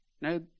no